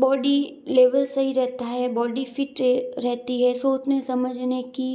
body level सही रहता है बॉडी फिट रहती है सोचने समझने की